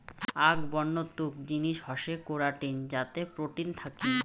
আক বন্য তুক জিনিস হসে করাটিন যাতে প্রোটিন থাকি